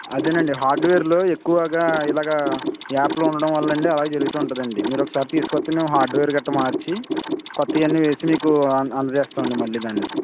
అదేనండి హార్డ్వేర్లో ఎక్కువగా ఇలాగా యాప్లో ఉండడం వల్ల అండీ అలా జరుగుతూ ఉంటుంది అండీ మీరు ఒకసారి తీసుకొస్తే మేము హార్డ్వేర్ గట్రా మార్చి కొత్తవి అన్నీ వేసి మీకు అందజేస్తాము అండీ మళ్ళీ దాన్ని